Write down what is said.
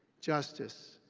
justice,